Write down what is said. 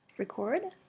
record.